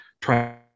try